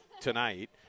tonight